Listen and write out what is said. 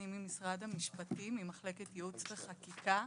אני ממשרד המשפטים ממחלקת ייעוץ וחקיקה.